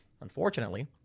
unfortunately